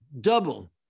double